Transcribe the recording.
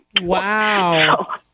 Wow